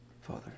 father